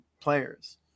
players